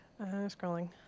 scrolling